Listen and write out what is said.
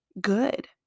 good